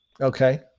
Okay